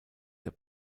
sehr